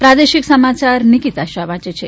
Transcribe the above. પ્રાદેશિક સમાચાર નિકીતા શાહ વાંચે છે